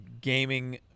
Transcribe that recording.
gaming